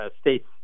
States